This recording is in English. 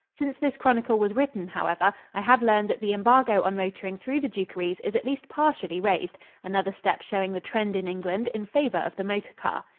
since this chronicle was written, however, i have learned that the embargo on motoring through the dukeries is at least partially raised another step showing the trend in england in favor of the motor car.